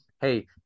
hey